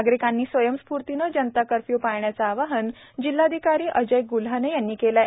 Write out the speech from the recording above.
नागरिकांनी स्वयंस्फूर्तीने जनता कर्फ्यू पाळण्याचे आव्हान जिल्हाधिकारी अजय ग्ल्हाने यांनी केले आहेत